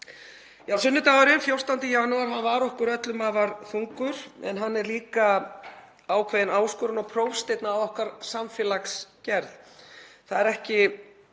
Sunnudagurinn 14. janúar var okkur öllum afar þungur en hann er líka ákveðin áskorun og prófsteinn á okkar samfélagsgerð. Það er ekki